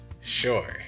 Sure